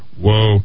Whoa